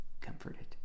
comforted